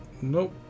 Nope